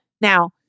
Now